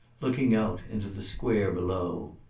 looking out into the square below.